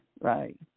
right